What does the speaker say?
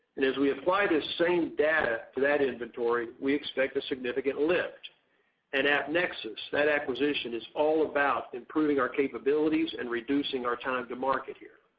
and as we acquired the same data to that inventory, we expect a significant lift and appnexus, that acquisition is all about improving our capabilities and reducing our time to market here.